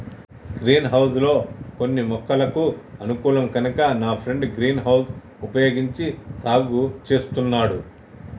green house లో కొన్ని మొక్కలకు అనుకూలం కనుక నా ఫ్రెండు గ్రీన్ హౌస్ వుపయోగించి సాగు చేస్తున్నాడు